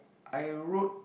I wrote